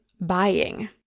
buying